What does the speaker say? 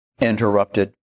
interrupted